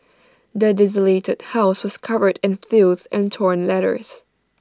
the desolated house was covered in filth and torn letters